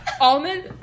almond